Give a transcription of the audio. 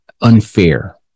unfair